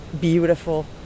beautiful